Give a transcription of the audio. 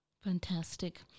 Fantastic